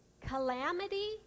calamity